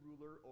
ruler